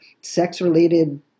sex-related